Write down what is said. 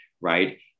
right